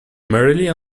merrily